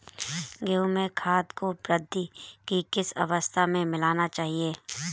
गेहूँ में खाद को वृद्धि की किस अवस्था में मिलाना चाहिए?